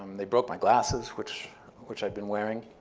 they broke my glasses, which which i'd been wearing